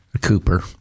Cooper